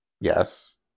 Yes